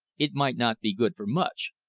it might not be good for much,